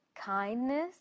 kindness